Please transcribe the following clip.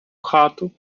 хату